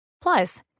Plus